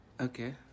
Okay